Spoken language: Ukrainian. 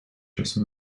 часу